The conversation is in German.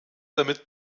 damit